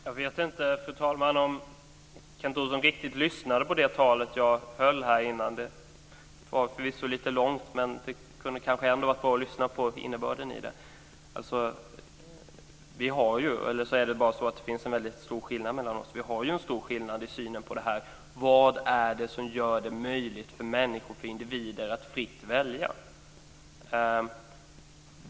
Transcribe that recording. Fru talman! Jag vet inte om Kent Olsson riktigt lyssnade på det tal som jag höll här tidigare. Det var förvisso lite långt, men det hade kanske varit bra om han hade lyssnat på innebörden i det. Det är en stor skillnad i synen på vad det är som gör det möjligt för människor, individer, att fritt välja.